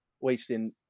Wasting